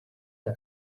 her